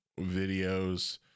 videos